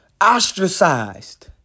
ostracized